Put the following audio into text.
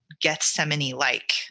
Gethsemane-like